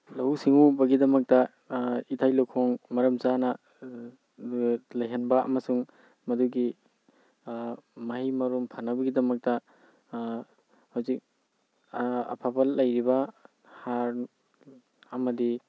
ꯂꯧꯎ ꯁꯤꯡꯎꯕꯒꯤꯗꯃꯛꯇ ꯏꯊꯩ ꯂꯧꯈꯣꯡ ꯃꯔꯝ ꯆꯥꯅ ꯂꯩꯍꯟꯕ ꯑꯃꯁꯨꯡ ꯃꯗꯨꯒꯤ ꯃꯍꯩ ꯃꯔꯣꯡ ꯐꯅꯕꯒꯤꯗꯃꯛꯇ ꯍꯧꯖꯤꯛ ꯑꯐꯕ ꯂꯩꯔꯤꯕ ꯍꯥꯔ ꯑꯃꯗꯤ